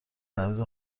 تعویض